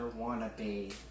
wannabe